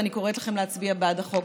ואני קוראת לכם להצביע בעד החוק.